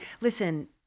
listen